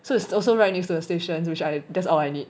so it's also right next to the stations which I that's all I need